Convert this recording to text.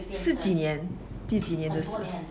是几年第几年的事